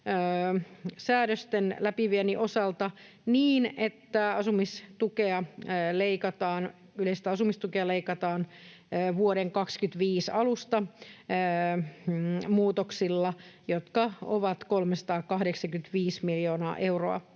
säädösten läpiviennin osalta niin, että yleistä asumistukea leikataan vuoden 25 alusta muutoksilla, jotka ovat 385 miljoonaa euroa.